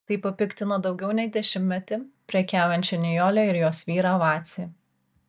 tai papiktino daugiau nei dešimtmetį prekiaujančią nijolę ir jos vyrą vacį